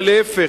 אלא להיפך.